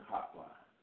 Hotline